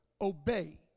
obey